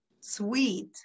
sweet